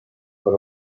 per